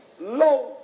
low